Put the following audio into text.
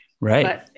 Right